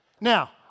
Now